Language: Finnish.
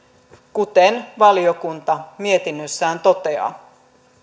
kuten valiokunta mietinnössään toteaa